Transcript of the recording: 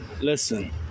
listen